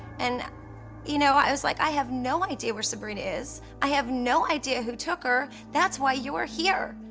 and you know i was like, i have no idea where sabrina is. i have no idea who took her, that's why you're here.